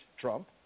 Trump